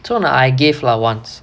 so now I gave lah once